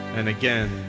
and again,